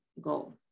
goal